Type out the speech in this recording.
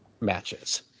matches